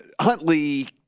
Huntley